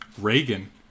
Reagan